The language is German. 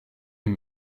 den